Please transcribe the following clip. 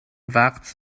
وقت